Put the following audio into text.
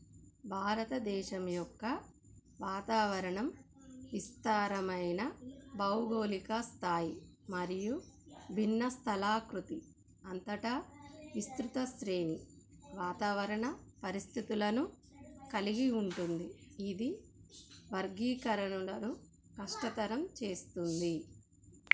భారతదేశం యొక్క వాతావరణం విస్తారమైన భౌగోళిక స్థాయి మరియు భిన్న స్థలాకృతి అంతటా విస్తృత శ్రేణి వాతావరణ పరిస్థితులను కలిగి ఉంటుంది ఇది వర్గీకరణలను కష్టతరం చేస్తుంది